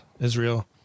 Israel